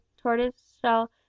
tortoise-shell